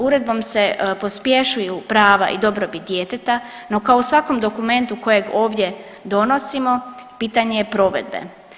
Uredbom se pospješuju prava i dobrobit djeteta, no kao u svakom dokumentu kojeg ovdje donosimo pitanje je provedbe.